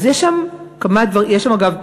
יש שם, אגב,